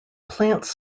plants